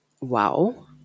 wow